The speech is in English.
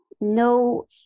no